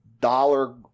dollar